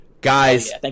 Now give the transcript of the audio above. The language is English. Guys